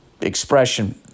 expression